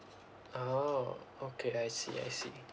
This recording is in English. oh okay I see I see